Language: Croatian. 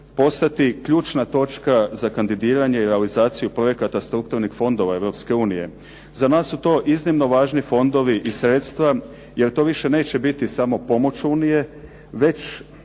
postati ključna točka za kandidiranje i realizaciju projekata strukturnih fondova Europske unije. Za nas su to iznimno važni fondovi i sredstva jer to više neće biti samo pomoć Unije već